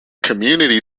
community